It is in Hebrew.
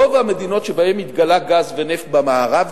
רוב המדינות שבהן התגלה גז ונפט במערב,